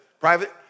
private